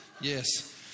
Yes